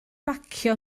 bacio